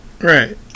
Right